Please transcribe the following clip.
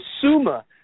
summa